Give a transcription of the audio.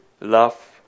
love